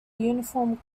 uniform